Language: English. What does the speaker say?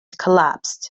collapsed